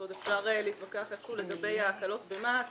עוד אפשר להתווכח איכשהו לגבי ההקלות במס